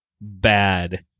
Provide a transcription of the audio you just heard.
bad